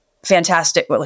Fantastic